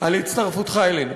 על הצטרפותך אלינו,